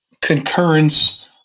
concurrence